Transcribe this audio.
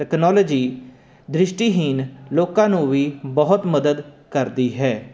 technology ਦ੍ਰਿਸ਼ਟੀਹੀਨ ਲੋਕਾਂ ਨੂੰ ਵੀ ਬਹੁਤ ਮਦਦ ਕਰਦੀ ਹੈ